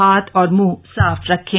हाथ और मुंह साफ रखें